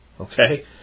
okay